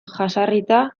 jesarrita